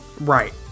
Right